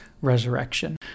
resurrection